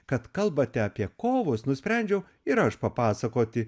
kad kalbate apie kovus nusprendžiau ir aš papasakoti